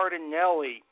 Cardinelli